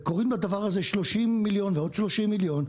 קוראים לדבר הזה 30 מיליון ועוד 30 מיליון,